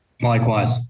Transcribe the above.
likewise